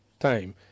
time